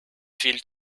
viel